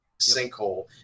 sinkhole